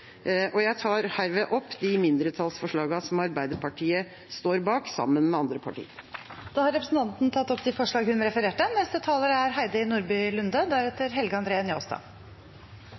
Jeg tar herved opp de mindretallsforslagene Arbeiderpartiet sammen med andre partier står bak. Representanten Lise Christoffersen har tatt opp de forslagene hun refererte